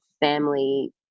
family